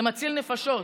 זה מציל נפשות,